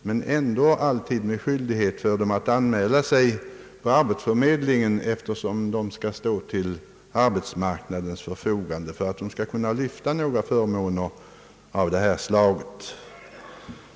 De har dock därvid alltid skyldighet att anmäla sig på arbetsförmedlingen, eftersom de skall stå till arbetsmarknadens förfogande för att ha rätt till att lyfta förmåner av detta slag.